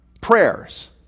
prayers